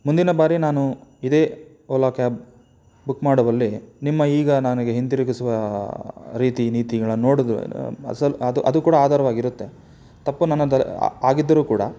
ಮುಂದಿನ ಬಾರಿ ನಾನು ಇದೇ ಓಲಾ ಕ್ಯಾಬ್ ಬುಕ್ ಮಾಡುವಲ್ಲಿ ನಿಮ್ಮ ಈಗ ನನಗೆ ಹಿಂತಿರುಗಿಸುವ ರೀತಿ ನೀತಿಗಳನ್ನು ನೋಡುವುದು ಅಸಲು ಅದು ಅದೂ ಕೂಡ ಆಧಾರ್ವಾಗಿ ಇರುತ್ತೆ ತಪ್ಪು ನನ್ನಿಂದ ಆಗಿದ್ದರೂ ಕೂಡ